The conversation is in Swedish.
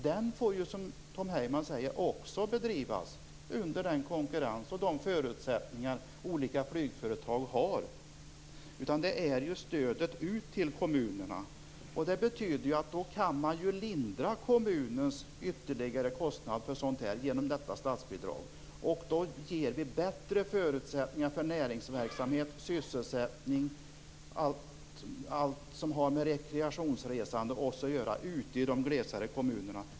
Den får, som Tom Heyman säger, också bedrivas i konkurrens och under de förutsättningar som olika flygföretag har. Det handlar i stället om stödet ut till kommunerna. Det betyder att en kommuns ytterligare kostnader för sådant här kan lindras genom detta statsbidrag. Därmed bidrar vi till bättre förutsättningar för näringsverksamhet, sysselsättning och allt som har med rekreationsresande att göra ute i de glesare kommunerna.